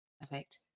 Perfect